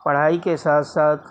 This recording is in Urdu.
پڑھائی کے ساتھ ساتھ